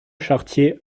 chartier